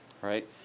Right